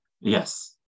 Yes